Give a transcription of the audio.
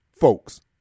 folks